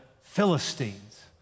Philistines